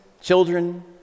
children